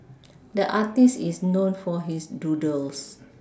the artist is known for his doodles